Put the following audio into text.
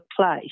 place